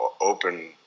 open